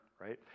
Right